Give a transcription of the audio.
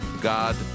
God